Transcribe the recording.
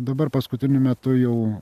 dabar paskutiniu metu jau